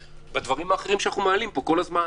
בדברים האחרים שאנחנו מעלים פה כל הזמן,